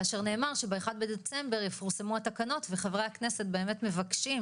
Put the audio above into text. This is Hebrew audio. כאשר נאמר שב-1 בדצמבר יפורסמו התקנות וחברי הכנסת מבקשים